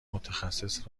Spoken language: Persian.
متخصص